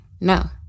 No